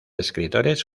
escritores